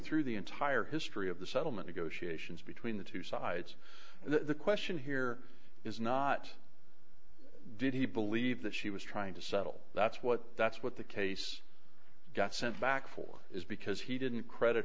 through the entire history of the settlement negotiations between the two sides and the question here is not did he believe that she was trying to settle that's what that's what the case got sent back for is because he